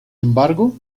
embargo